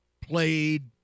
played